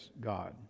God